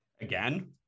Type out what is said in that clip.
Again